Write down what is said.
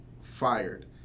fired